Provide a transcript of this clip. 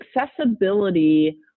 accessibility